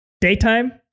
Daytime